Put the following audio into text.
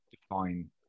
define